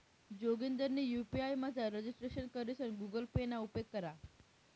जोगिंदरनी यु.पी.आय मझार रजिस्ट्रेशन करीसन गुगल पे ना उपेग करा